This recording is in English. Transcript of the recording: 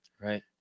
right